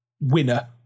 winner